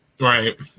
Right